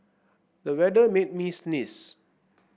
the weather made me sneeze